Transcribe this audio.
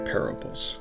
Parables